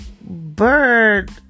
Bird